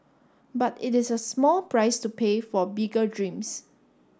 but it is a small price to pay for bigger dreams